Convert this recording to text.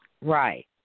Right